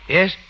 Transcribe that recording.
Yes